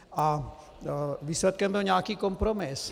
A výsledkem byl nějaký kompromis.